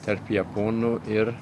tarp japonų ir